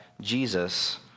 Jesus